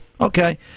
okay